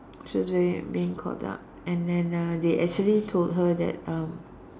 she was really being called up and then uh they actually told her that uh